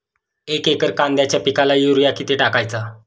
एक एकर कांद्याच्या पिकाला युरिया किती टाकायचा?